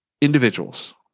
individuals